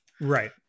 Right